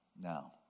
Now